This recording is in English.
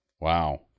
Wow